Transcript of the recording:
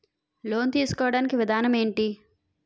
Loan తీసుకోడానికి విధానం ఏంటి?